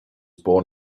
born